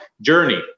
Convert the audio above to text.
journey